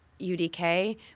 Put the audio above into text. UDK